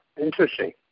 interesting